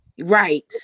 Right